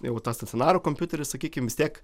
jau tą stacionarų kompiuterį sakykim vis tiek